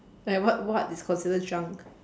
like what what is considered junk